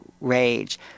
rage